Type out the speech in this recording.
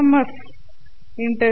F ∫H'